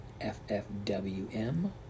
FFWM